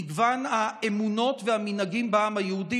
מגוון האמונות והמנהגים בעם היהודי?